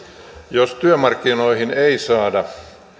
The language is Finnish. jos työmarkkinoihin ei saada